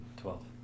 twelve